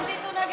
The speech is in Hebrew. שיסיתו נגד,